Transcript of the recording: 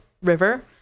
river